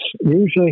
Usually